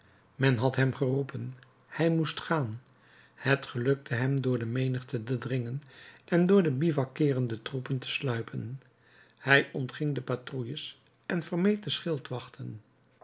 men had hem geroepen hij moest gaan het gelukte hem door de menigte te dringen en door de bivouakeerende troepen te sluipen hij ontging de patrouilles en vermeed de